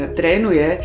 trénuje